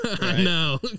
No